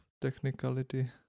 technicality